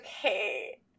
Okay